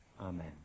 Amen